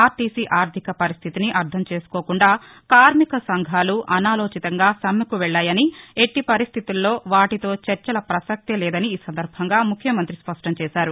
RTC ఆర్థిక పరిస్థితిని అర్థం చేసుకోకుండా కార్మిక సంఘాలు అనాలోచితంగా సమ్నెకు వెళ్లాయని ఎట్టి పరిస్థితుల్లో వాటితో చర్చల ప్రసక్తే లేదని ఈ సందర్బంగా ముఖ్యమంతి స్పష్టంచేశారు